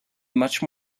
much